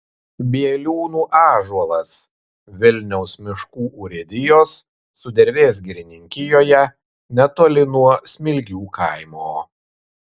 bieliūnų ąžuolas vilniaus miškų urėdijos sudervės girininkijoje netoli nuo smilgių kaimo